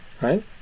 right